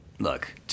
Look